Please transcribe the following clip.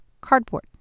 cardboard